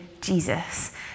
Jesus